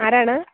ആരാണ്